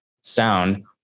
sound